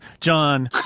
John